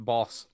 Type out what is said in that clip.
Boss